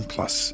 Plus